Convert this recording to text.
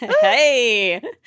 Hey